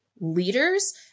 leaders